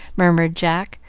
murmured jack,